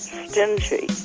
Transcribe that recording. stingy